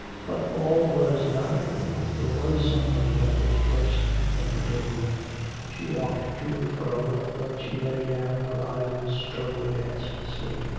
but all was not a dream there was something that was worse than the dream she walked to and fro, and when she lay down her eyelids strove against sleep.